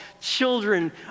children